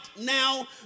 now